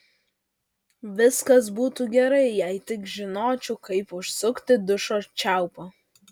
viskas būtų gerai jei tik žinočiau kaip užsukti dušo čiaupą